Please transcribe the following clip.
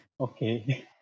Okay